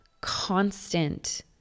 constant